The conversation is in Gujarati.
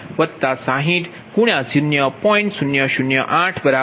0000852